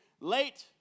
late